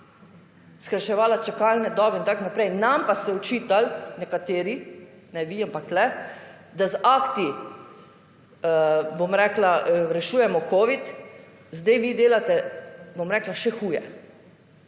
skrajševala čakalne dobe in tako naprej, nam pa ste očitali nekateri, ne vi ampak tukaj, da z akti, bom rekla, rešujemo covid, zdaj vi delate, bom rekla, še huje.